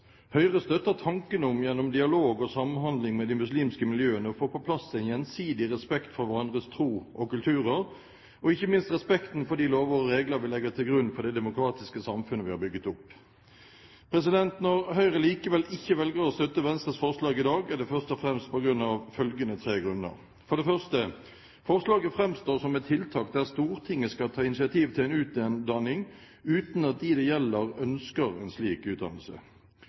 Høyre støtter tanken om, gjennom dialog og samhandling med de muslimske miljøene, å få på plass en gjensidig respekt for hverandres tro og kulturer og ikke minst respekten for de lover og regler vi legger til grunn for det demokratiske samfunnet vi har bygget opp. Når Høyre likevel velger ikke å støtte Venstres forslag i dag, er det først og fremst av følgende tre grunner: For det første: Forslaget framstår som et tiltak der Stortinget skal ta initiativ til en utdanning uten at de det gjelder, ønsker en slik utdannelse.